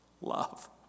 love